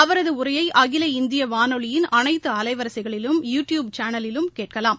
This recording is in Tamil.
அவரது உரையை அகில இந்திய வானொலியின் அனைத்து அலைவரிசைகளிலும் யுடியூப் சேனலிலும் கேட்கலாம்